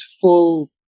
full